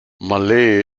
malé